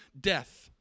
death